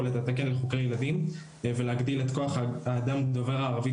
את התקן לחוקרי ילדים ולהגדיל את כוח האדם דובר הערבית